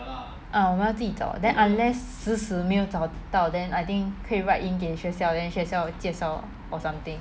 ah 我们的要自己找 then unless 死死没有找到 then I think 可以 write in 给学校 then 学校介绍 or something